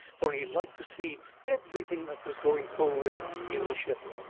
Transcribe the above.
for he liked to see everything that was going forward in the ship.